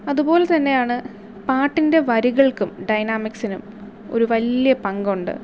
അതുപോലെ തന്നെയാണ് പാട്ടിൻ്റെ വരികൾക്കും ഡയനാമിക്സിനും ഒരു വലിയ പങ്കുണ്ട്